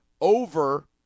over